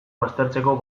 baztertzeko